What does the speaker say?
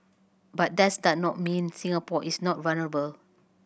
but that does not mean Singapore is not vulnerable